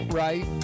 right